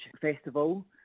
Festival